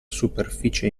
superficie